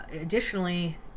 additionally